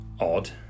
odd